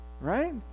right